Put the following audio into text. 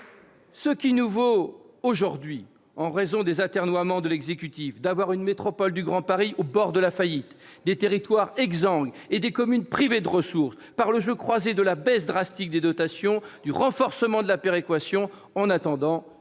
Cela nous vaut aujourd'hui, en raison des atermoiements de l'exécutif, d'avoir une métropole du Grand Paris au bord de la faillite, des territoires exsangues et des communes privées de ressources par le jeu croisé de la baisse drastique des dotations, du renforcement de la péréquation, en attendant